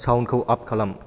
साउन्डखौ आप खालाम